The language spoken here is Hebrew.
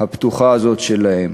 הפתוחה הזאת שלהם.